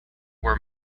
were